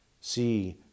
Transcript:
see